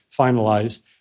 finalized